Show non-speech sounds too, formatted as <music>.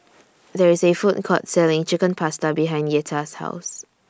<noise> There IS A Food Court Selling Chicken Pasta behind Yetta's House